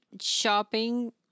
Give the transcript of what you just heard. shopping